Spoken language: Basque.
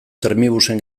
termibusen